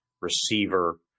receiver